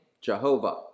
Jehovah